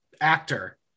actor